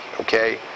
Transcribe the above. okay